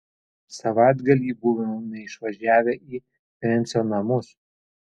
savaitgalį buvome išvažiavę į frensio namus